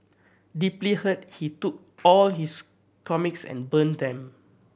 deeply hurt he took all his comics and burnt them